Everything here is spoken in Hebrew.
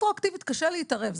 רטרואקטיבית קשה להתערב,